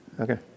Okay